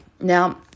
Now